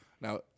Now